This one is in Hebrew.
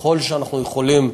ככל שאנחנו יכולים,